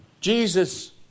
Jesus